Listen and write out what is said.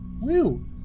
Woo